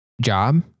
job